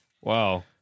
Wow